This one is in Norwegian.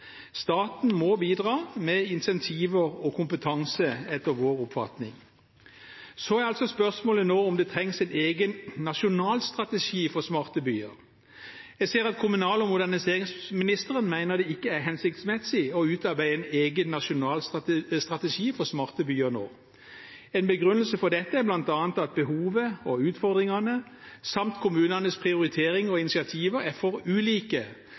Staten må etter vår oppfatning bidra med incentiver og kompetanse. Så er altså spørsmålet om det trengs en egen nasjonal strategi for smarte byer. Jeg ser at kommunal- og moderniseringsministeren mener det ikke er hensiktsmessig å utarbeide en egen nasjonal strategi for smarte byer nå. En begrunnelse for dette er bl.a. at behovet og utfordringene samt kommunenes prioriteringer og initiativer er for ulike